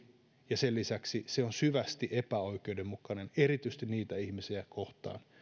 ja sen lisäksi se on syvästi epäoikeudenmukainen erityisesti niitä ihmisiä kohtaan